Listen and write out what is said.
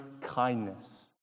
kindness